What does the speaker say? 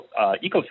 ecosystem